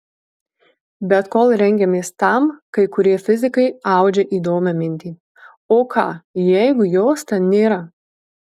bet kol rengiamės tam kai kurie fizikai audžia įdomią mintį o ką jeigu jos ten nėra